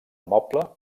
moble